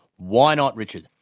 why not richard?